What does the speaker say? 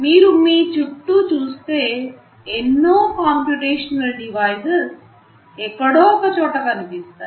మీరు మీ చుట్టూ చూస్తే ఎన్నో కంప్యుటేషనల్ డివైసెస్ ఎక్కడో ఒకచోట కనిపిస్తాయి